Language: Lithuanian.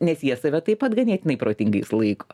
nes jie save taip pat ganėtinai protingais laiko